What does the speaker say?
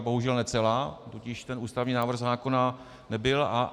Bohužel ne celá, tudíž ten ústavní návrh zákona nebyl.